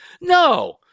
No